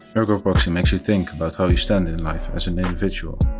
ergo proxy makes you think about how you stand in life as an individual,